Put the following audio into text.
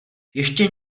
ještě